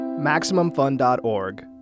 MaximumFun.org